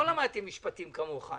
לא למדתי משפטים כמוך.